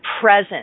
present